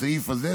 בסעיף הזה,